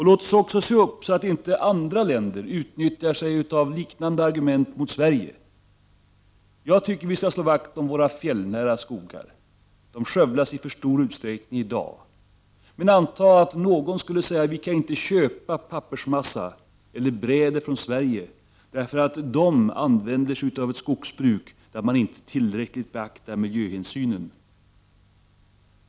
Låt oss se upp, så att inte andra länder utnyttjar sig av liknande argument mot Sverige! Jag tycker att vi skall slå vakt om våra fjällnära skogar. De skövlas i för stor utsträckning i dag. Men antag att någon skulle säga: Vi kan inte köpa pappersmassa eller bräder från Sverige, därför att svenskarna använder sig av ett skogsbruk som inte tillräckligt beaktar miljöhänsynen.